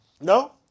No